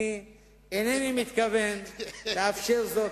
אני אינני מתכוון לאפשר זאת,